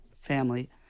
family